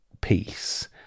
peace